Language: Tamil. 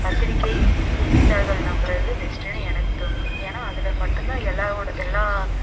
பத்திரிக்கை செய்தித்தாள்கள் நம்புகிறது பெஸ்ட்டுன்னு எனக்கு தோணுது ஏன்னா அதில் மட்டும்தான் எல்லா ஊடகம் எல்லாம்